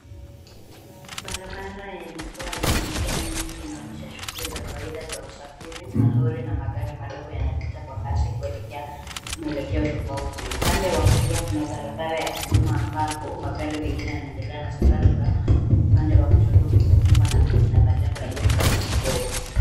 Barabara ya mitaa yenye njia nyingi inaonyesha shughuli za kawaida za usafiri na lori na magari madogo yanapita kwa kasi kuelekea mwelekeo tofauti. Upande wa kulia kuna barabara ya huduma ambapo magari mengine yanaendelea na safari zao huku upande wa kushoto ukifunikwa na miti na majengo yaliyo mbali kidogo.